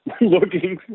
looking